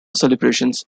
celebrations